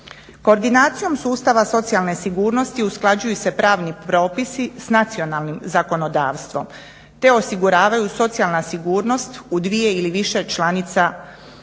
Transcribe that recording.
Koordinacijom sustava socijalne sigurnosti usklađuju se pravni propisi s nacionalnim zakonodavstvom te osiguravaju socijalna sigurnost u dvije ili više članica država